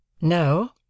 No